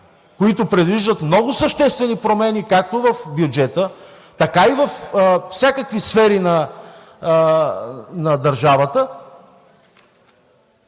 които предвиждат много съществени промени, както в бюджета, така и във всякакви сфери на държавата.